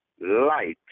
light